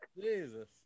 Jesus